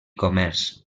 comerç